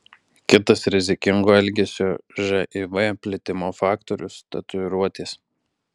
kitas rizikingo elgesio živ plitimo faktorius tatuiruotės